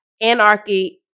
anarchy